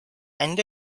and